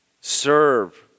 serve